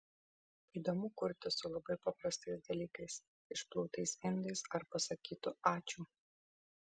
įdomu kurti su labai paprastais dalykais išplautais indais ar pasakytu ačiū